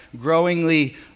growingly